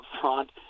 front